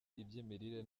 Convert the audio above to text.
iby’imirire